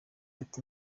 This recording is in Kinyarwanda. ati